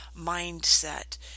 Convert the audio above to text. mindset